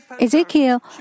Ezekiel